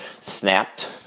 snapped